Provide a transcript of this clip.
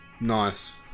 nice